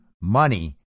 money